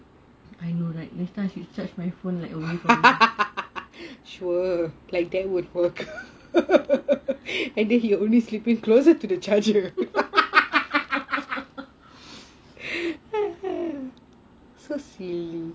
I know right next time I should charge my phone away from me sure like that would work and then he will only sleeping closer to the tragedy so she